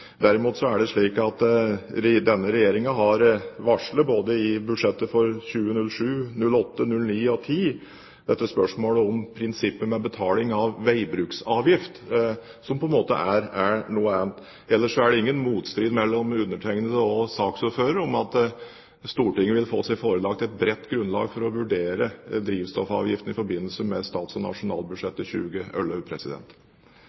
Derimot er det slik at denne regjeringen både i budsjettene for 2007, 2008, 2009 og 2010 varslet dette spørsmålet om prinsippet med betaling av veibruksavgift, som er noe annet. Ellers er det ingen motstrid mellom undertegnede og saksordføreren om at Stortinget vil få seg forelagt et bredt grunnlag for å vurdere drivstoffavgiften i forbindelse med statsbudsjettet og